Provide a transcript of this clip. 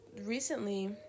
recently